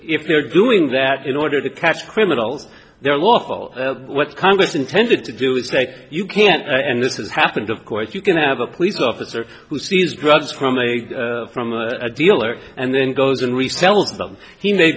if they're doing that in order to catch criminals their lawful what congress intended to do is say you can't and this has happened of course you can have a police officer who sees drugs from a from a dealer and then goes and resell them he